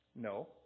No